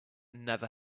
never